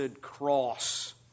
cross